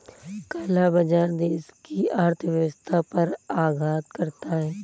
काला बाजार देश की अर्थव्यवस्था पर आघात करता है